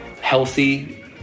healthy